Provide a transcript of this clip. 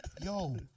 yo